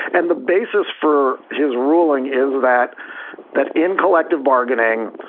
and the basis for his ruling is that that in collective bargaining,